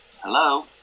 Hello